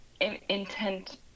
intent